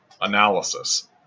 analysis